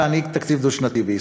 להנהיג תקציב דו-שנתי בישראל.